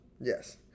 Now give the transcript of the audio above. Yes